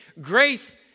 grace